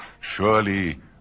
Surely